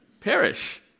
Perish